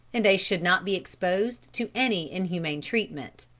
and they should not be exposed to any inhuman treatment.